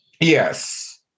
Yes